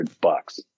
bucks